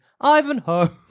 Ivanhoe